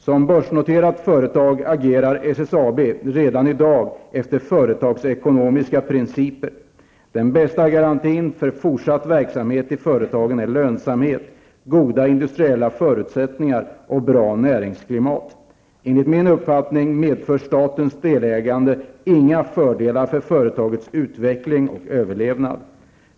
Som börsnoterat företag agerar SSAB redan i dag efter företagsekonomiska principer. Den bästa garantin för fortsatt verksamhet i företag är lönsamhet, goda industriella förutsättningar och bra näringsklimat. Enligt min uppfattning medför statens delägande inga fördelar för företagets utveckling och överlevnad.